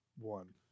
one